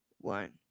one